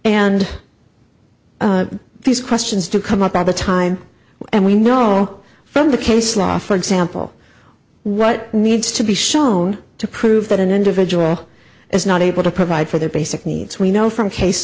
and these questions do come up at a time and we know from the case law for example what needs to be shown to prove that an individual is not able to provide for their basic needs we know from case